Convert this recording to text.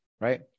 right